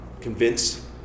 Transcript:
convince